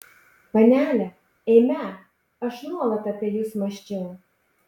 panele eime aš nuolat apie jus mąsčiau